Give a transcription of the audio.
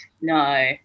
no